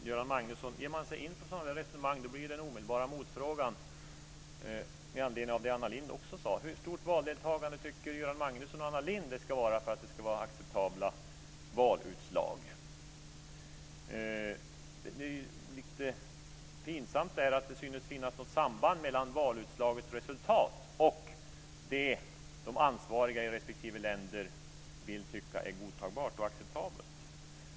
Fru talman! Ger man sig in på sådana resonemang, Göran Magnusson, blir den omedelbara motfrågan, också med anledning av det Anna Lindh sade: Anna Lindh att det ska vara för att det ska vara acceptabla valutslag? Det är lite pinsamt att säga att det skulle finnas något samband mellan valutslaget, resultatet, och det de ansvariga i respektive länder vill tycka är godtagbart och acceptabelt.